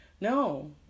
No